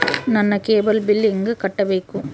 ನನ್ನ cable bill ಹೆಂಗ ಕಟ್ಟಬೇಕು?